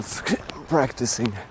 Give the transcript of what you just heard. practicing